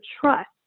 trust